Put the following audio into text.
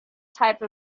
type